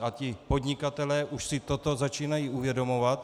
A ti podnikatelé už si toto začínají uvědomovat.